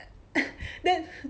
then